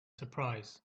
surprise